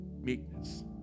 Meekness